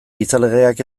gizalegeak